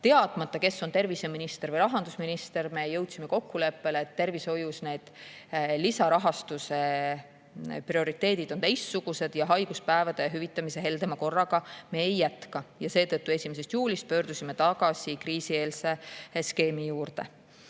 teadmata, kes on terviseminister või rahandusminister, me jõudsime kokkuleppele, et tervishoius on lisarahastuse prioriteedid teistsugused ja haiguspäevade hüvitamise heldema korraga me ei jätka. Seetõttu pöördusime 1. juulist tagasi kriisieelse skeemi